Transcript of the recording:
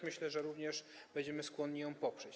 Myślę, że również będziemy skłonni ją poprzeć.